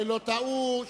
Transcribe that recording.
שלא טעו,